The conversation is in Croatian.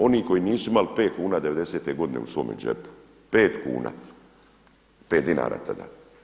Oni koji nisu imali 5 kuna devedesete godine u svome džepu, 5 kuna, 5 dinara tada.